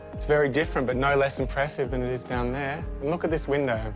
it's very different, but no less impressive than it is down there. look at this window.